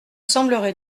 semblerait